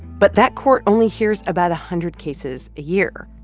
but that court only hears about a hundred cases a year.